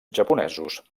japonesos